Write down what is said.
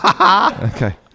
okay